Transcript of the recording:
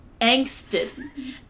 angsted